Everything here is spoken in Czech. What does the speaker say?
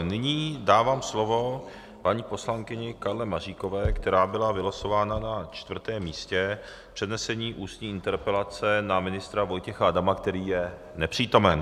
Nyní dávám slovo paní poslankyni Karle Maříkové, která byla vylosována na čtvrtém místě, k přednesení ústní interpelace na ministra Vojtěcha Adama, který je nepřítomen.